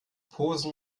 posen